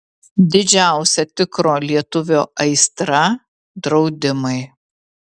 didžiausia tikro lietuvio aistra draudimai